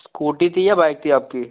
scooty थी या bike थी आपकी